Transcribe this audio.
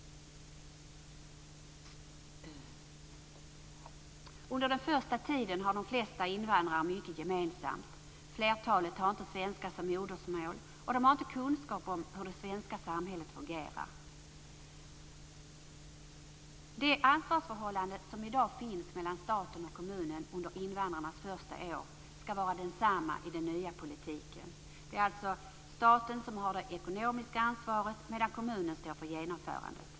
Under den första tiden har de flesta invandrare mycket gemensamt. Flertalet har inte svenska som modersmål, och de har inte kunskap om hur det svenska samhället fungerar. Det ansvarsförhållande som i dag finns mellan staten och kommunen under invandrarnas första år skall vara detsamma i den nya politiken. Det är alltså staten som har det ekonomiska ansvaret, medan kommunerna står för genomförandet.